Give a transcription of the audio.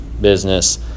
business